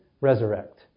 resurrect